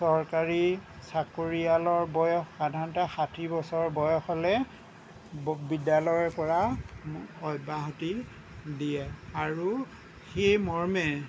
চৰকাৰী চাকৰিয়ালৰ বয়স সাধাৰণতে ষাঠি বছৰ বয়স হ'লে ব বিদ্যালয়ৰ পৰা অব্যাহতি দিয়ে আৰু সেই মৰ্মে